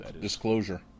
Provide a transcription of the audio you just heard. Disclosure